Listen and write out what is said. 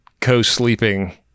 co-sleeping